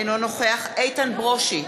אינו נוכח איתן ברושי,